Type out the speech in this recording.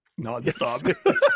nonstop